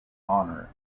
honor